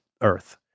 earth